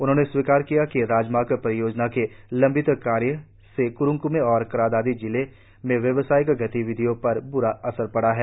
उन्होंने स्वीकार किया कि राममार्ग परियोजना के लंबित कार्य से क्रुंग कमे और क्रा दादी जिले में व्यवसायिक गतिविधियों पर भी ब्रा असर पड़ रहा है